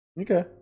Okay